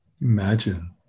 Imagine